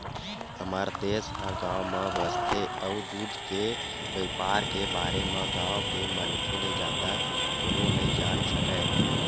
हमर देस ह गाँव म बसथे अउ दूद के बइपार के बारे म गाँव के मनखे ले जादा कोनो नइ जान सकय